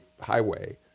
highway